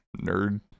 Nerd